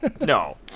No